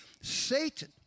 Satan